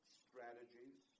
strategies